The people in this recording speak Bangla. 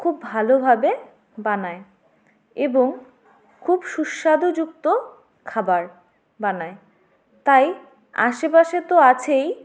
খুব ভালোভাবে বানায় এবং খুব সুস্বাদুযুক্ত খাবার বানায় তাই আশেপাশে তো আছেই